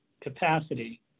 capacity